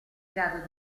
grado